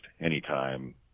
anytime